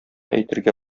әйтергә